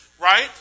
right